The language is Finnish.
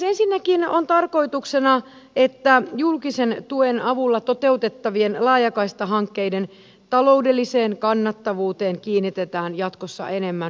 ensinnäkin on tarkoituksena että julkisen tuen avulla toteutettavien laajakaistahankkeiden taloudelliseen kannattavuuteen kiinnitetään jatkossa enemmän huomiota